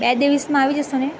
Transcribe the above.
બે દિવસમાં આવી જશોને